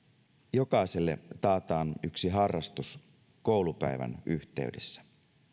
jokaiselle taataan yksi harrastus koulupäivän yhteydessä